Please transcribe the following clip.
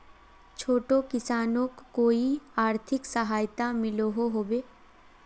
छोटो किसानोक कोई आर्थिक सहायता मिलोहो होबे?